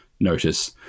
notice